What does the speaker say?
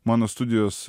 mano studijos